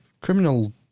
criminal